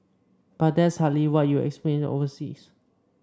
but that's hardly what you'll experience overseas